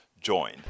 join